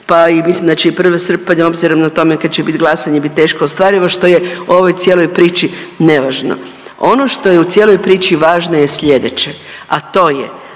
pa i mislim da će i 1. srpanj obzirom na tome kad će bit glasanje bit teško ostvarivo, što je u ovoj cijeloj priči nevažno. Ono što je u cijeloj priči važno je slijedeće, a to je